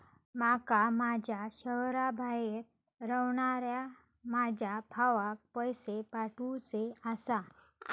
माका माझ्या शहराबाहेर रव्हनाऱ्या माझ्या भावाक पैसे पाठवुचे आसा